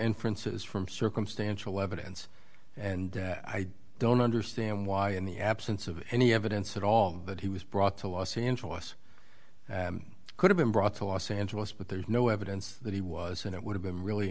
inferences from circumstantial evidence and i don't understand why in the absence of any evidence at all that he was brought to los angeles could have been brought to los angeles but there's no evidence that he was and it would have been really